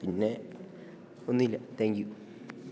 പിന്നെ ഒന്നുമില്ല താങ്ക്യൂ